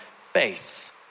faith